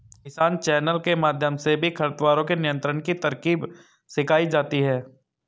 किसान चैनल के माध्यम से भी खरपतवारों के नियंत्रण की तरकीब सिखाई जाती है